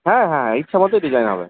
হ্যাঁ হ্যাঁ ইচ্ছা মতই ডিজাইন হবে